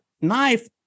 knife